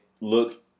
look